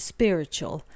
Spiritual